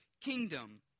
kingdom